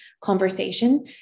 conversation